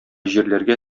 җирләргә